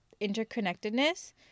interconnectedness